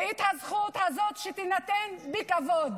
ואת הזכות הזאת, שתינתן בכבוד.